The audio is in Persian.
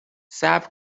صبر